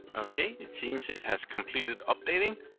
okay, it seems it has completed updating.